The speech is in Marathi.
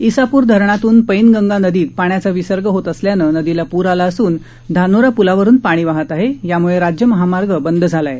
इसापूर धरणातून पैनगंगा नदीत पाण्याचा विसर्ग होत असल्यानं नदीला पूर आला असून धानोरा पूलावरून पाणी वाहत आहे यामूळे राज्य महामार्ग बंद झाला आहे